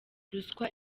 ruswa